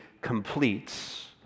completes